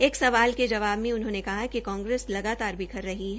एक सवाल के जवाब में उन्होंने कहा कि कांग्रेस लगातार बिखर रही है